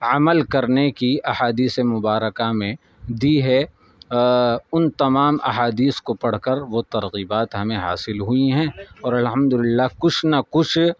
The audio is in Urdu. عمل کرنے کی احادیث مبارکہ میں دی ہے ان تمام احادیث کو پڑھ کر وہ ترغیبات ہمیں حاصل ہوئی ہیں اور الحمد للہ کچھ نہ کچھ